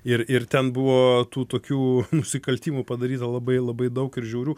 ir ir ten buvo tų tokių nusikaltimų padaryta labai labai daug ir žiaurių